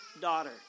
daughter